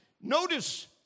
Notice